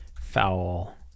foul